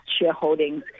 shareholdings